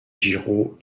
giraud